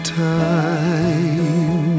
time